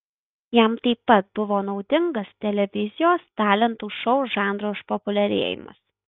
jam taip pat buvo naudingas televizijos talentų šou žanro išpopuliarėjimas